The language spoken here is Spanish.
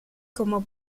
como